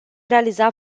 realiza